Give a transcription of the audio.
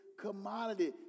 commodity